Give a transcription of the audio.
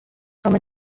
from